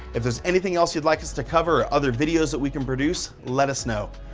if there's anything else you'd like us to cover or other videos that we can produce, let us know.